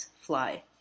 fly